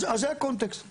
אז זה הקונטקסט.